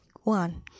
one